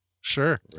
Sure